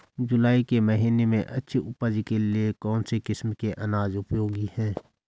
जुलाई के महीने में अच्छी उपज के लिए कौन सी किस्म के अनाज उपयोगी हैं?